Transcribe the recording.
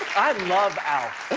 i love alf.